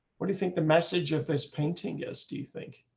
what do you think the message of this painting is do you think